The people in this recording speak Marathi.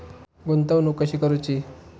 गुंतवणूक कशी करूची?